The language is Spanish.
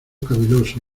caviloso